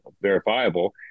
verifiable